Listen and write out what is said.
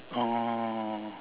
oh